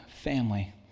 family